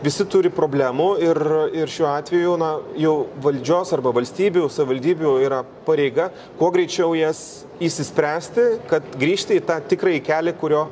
visi turi problemų ir ir šiuo atveju na jau valdžios arba valstybių savivaldybių yra pareiga kuo greičiau jas išsispręsti kad grįžti į tą tikrąjį kelią kuriuo